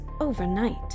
overnight